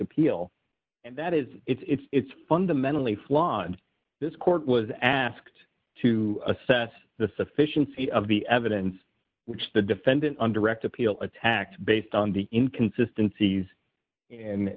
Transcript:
appeal and that is it's fundamentally flawed this court was asked to assess the sufficiency of the evidence which the defendant on direct appeal attacked based on the in consistencies and